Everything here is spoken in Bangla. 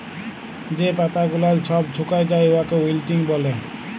যে পাতা গুলাল ছব ছুকাঁয় যায় উয়াকে উইল্টিং ব্যলে